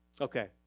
Okay